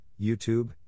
YouTube